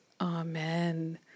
Amen